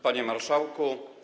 Panie Marszałku!